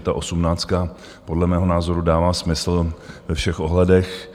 Ta osmnáctka podle mého názoru dává smysl ve všech ohledech.